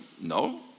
No